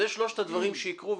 זה שלושת הדברים שיקרו,